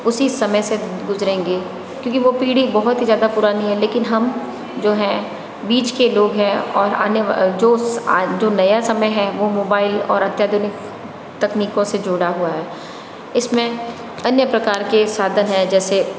उसी समय से गुजरेंगे क्योंकि वह पीढ़ी बहुत ही ज़्यादा पुरानी है लेकिन हम जो है बीच के लोग है और आने जो नया समय है वो मोबाइल और अत्याधुनिक तकनीकों से जुड़ा हुआ है इसमें अन्य प्रकार के साधन है जैसे